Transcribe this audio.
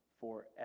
forever